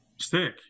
Stick